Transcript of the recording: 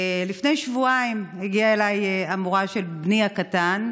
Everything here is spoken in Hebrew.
לפני שבועיים הגיעה אליי המורה של בני הקטן,